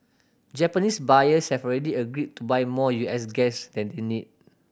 Japanese buyers have already agreed to buy more U S gas than they need